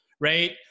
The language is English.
right